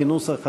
כנוסח הוועדה.